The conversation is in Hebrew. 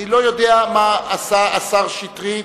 אני לא יודע מה עשה השר שטרית,